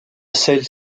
celles